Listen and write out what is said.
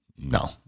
no